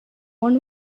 one